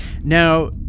Now